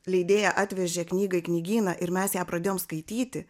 leidėja atvežė knygą į knygyną ir mes ją pradėjom skaityti